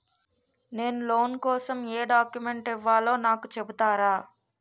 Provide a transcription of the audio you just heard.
నేను లోన్ కోసం ఎం డాక్యుమెంట్స్ ఇవ్వాలో నాకు చెపుతారా నాకు చెపుతారా?